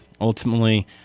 Ultimately